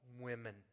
women